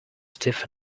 stiff